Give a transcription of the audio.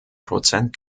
prozent